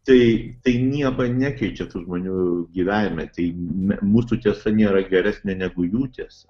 tai tai nieko nekeičia tų žmonių gyvenime tai mūsų tiesa nėra geresnė negu jų tiesa